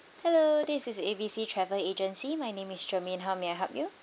hello this is A B C travel agency my name is shermaine how may I help you